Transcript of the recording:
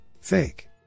fake